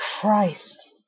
Christ